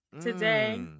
today